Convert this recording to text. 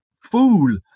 fool